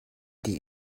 die